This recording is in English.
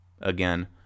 again